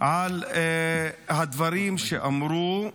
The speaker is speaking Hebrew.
על הדברים שאמרו.